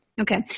okay